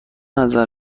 نظر